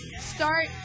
start